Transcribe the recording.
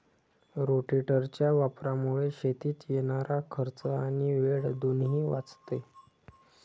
रोटेटरच्या वापरामुळे शेतीत येणारा खर्च आणि वेळ दोन्ही वाचतो